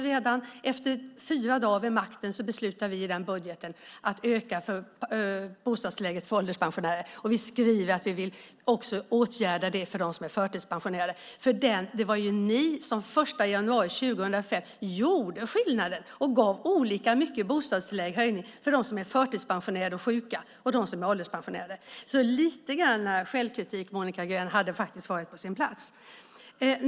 Redan efter fyra dagar vid makten beslutade vi i budgeten att höja bostadstillägget för ålderspensionärer, och vi skriver att vi också vill åtgärda detta för dem som är förtidspensionerade. Det var ju ni som den 1 januari 2005 gjorde skillnaden och gav olika mycket höjning av bostadstillägget till dem som är förtidspensionerade och sjuka och dem som är ålderspensionärer. Lite självkritik hade faktiskt varit på sin plats, Monica Green.